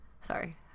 Sorry